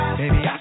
Baby